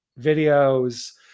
videos